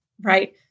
right